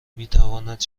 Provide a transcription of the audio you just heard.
میتواند